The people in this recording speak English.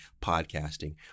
podcasting